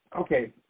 okay